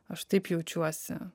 aš taip jaučiuosi